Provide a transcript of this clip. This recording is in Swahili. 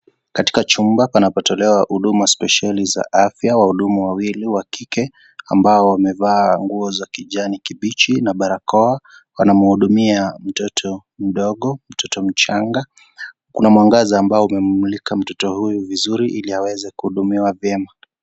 Katika chumba panapo tolewa huduma spesheli za afya. Wahudumu wawili wa kike ambao wamevaa nguo za kijani kibichi na barakoa, wanahudumia mtoto mdogo, mtoto mchanga kuna mwangaza mbao umemumlika vizuri ili aweze kuhudumiwa vyema.